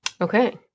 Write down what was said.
Okay